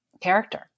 character